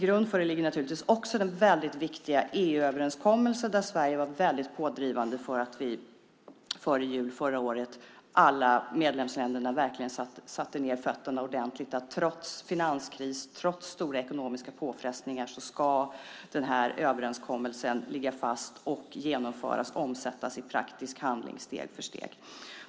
Bakom det står naturligtvis den väldigt viktiga EU-överenskommelse där Sverige var väldigt pådrivande för att alla medlemsländerna före jul förra året verkligen satte ned fötterna ordentligt. Trots finanskris och trots stora ekonomiska påfrestningar ska den här överenskommelsen ligga fast och omsättas i praktisk handling steg för steg.